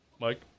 Mike